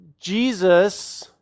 Jesus